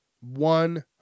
One